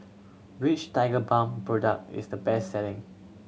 which Tigerbalm product is the best selling